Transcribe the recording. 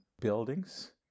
buildings